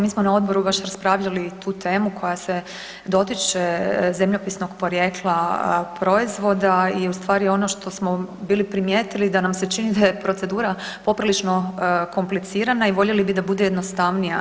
Mi smo na odboru baš raspravljali tu temu koja se dotiče zemljopisnog porijekla proizvoda i u stvari ono što smo bili primijetili da nam se čini da je procedura poprilično komplicirana i voljeli bi da bude jednostavnija.